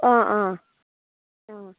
অঁ অঁ অঁ